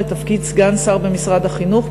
לתפקיד סגן שר במשרד החינוך,